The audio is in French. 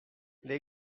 les